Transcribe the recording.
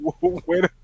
wait